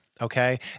okay